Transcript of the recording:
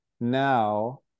now